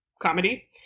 comedy